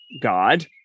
God